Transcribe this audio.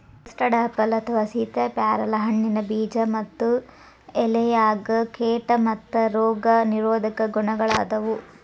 custard apple ಅಥವಾ ಸೇತಾಪ್ಯಾರಲ ಹಣ್ಣಿನ ಬೇಜ ಮತ್ತ ಎಲೆಯಾಗ ಕೇಟಾ ಮತ್ತ ರೋಗ ನಿರೋಧಕ ಗುಣಗಳಾದಾವು